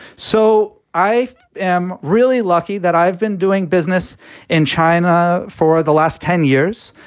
so i am really lucky that i've been doing business in china for the last ten years.